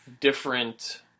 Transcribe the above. different